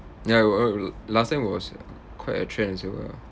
ya wa~ wa~ l~ last time it was quite a trend also [what]